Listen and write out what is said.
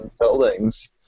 buildings